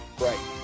Right